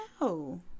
no